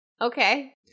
Okay